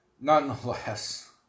Nonetheless